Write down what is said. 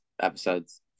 episodes